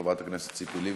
חברת הכנסת ציפי לבני,